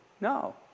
No